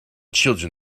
children